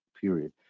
period